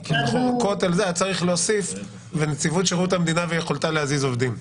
היה צריך להוסיף "ונציבות שירות המדינה ויכולתה להזיז עובדים".